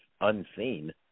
unseen –